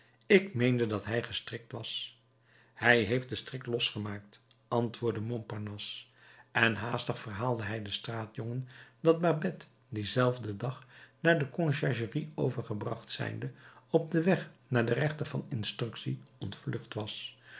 ik meende dat hij gestrikt was hij heeft den strik losgemaakt antwoordde montparnasse en haastig verhaalde hij den straatjongen dat babet dien zelfden dag naar de conciergerie overgebracht zijnde op den weg naar den rechter van instructie ontvlucht was